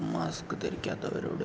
mask ധരിക്കാത്തവരോട്